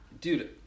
Dude